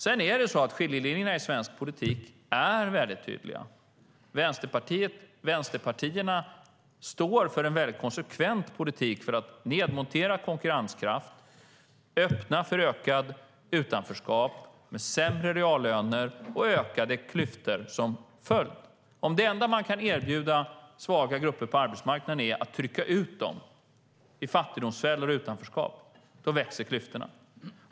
Sedan är skiljelinjerna i svensk politik väldigt tydliga. Vänsterpartierna står för en konsekvent politik för att nedmontera konkurrenskraft och öppna för ökat utanförskap med sämre reallöner och ökade klyftor som följd. Om det enda man kan erbjuda svaga grupper på arbetsmarknaden är att trycka ut dem i fattigdomsfällor och utanförskap växer klyftorna.